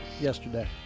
yesterday